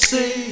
Say